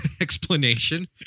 explanation